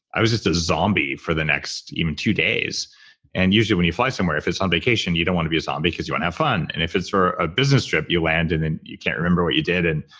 i was just a zombie for the next even two days and usually when you fly somewhere, if it's on vacation, you don't want to be a zombie because you won't and have fun. and if it's for a business trip, you land and then and you can't remember what you did.